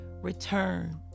return